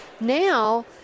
Now